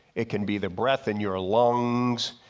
it can be the breath in your lungs,